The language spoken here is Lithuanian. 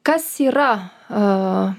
kas yra